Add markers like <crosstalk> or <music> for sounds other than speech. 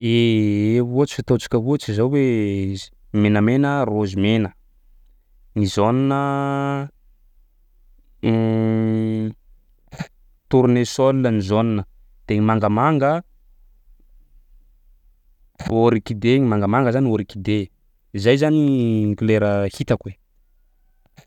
<hesitation> Ohatsy ataontsika ohatsy zao hoe z- menamena raozy mena, ny jaune a <hesitation> <noise> tournesol gny jaune de gny mangamanga <noise> orchidée gny mangamanga zay orchidée; zay zany gny kolera hitako e.